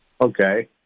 Okay